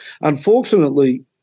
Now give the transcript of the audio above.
Unfortunately